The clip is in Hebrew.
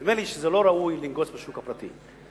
ונדמה לי שלא ראוי לנגוס בשוק הפרטי.